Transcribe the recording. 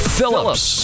Phillips